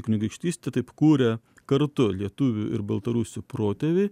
kunigaikštystė taip kūrė kartu lietuvių ir baltarusių protėviai